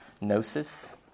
gnosis